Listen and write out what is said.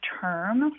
term